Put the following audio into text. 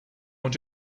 want